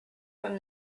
from